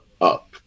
up